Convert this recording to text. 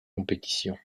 compétition